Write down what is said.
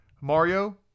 Mario